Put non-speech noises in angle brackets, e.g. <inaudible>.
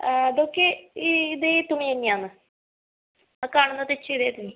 അതൊക്കെ ഈ ഇത് ഈ തുണി തന്നെയാണ് ആ കാണുന്നത് <unintelligible>